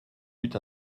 eut